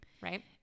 right